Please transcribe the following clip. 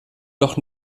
doch